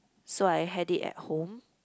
so I had it at home